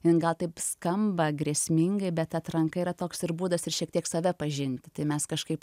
jin gal taip skamba grėsmingai bet atranka yra toks ir būdas ir šiek tiek save pažinti tai mes kažkaip